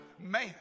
man